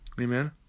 Amen